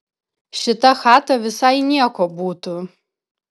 šita chata visai nieko būtų